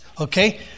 Okay